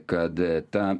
kad ta